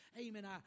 Amen